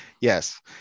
Yes